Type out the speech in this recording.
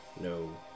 No